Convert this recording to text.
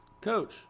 Coach